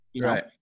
Right